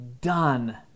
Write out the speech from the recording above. done